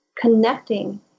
Connecting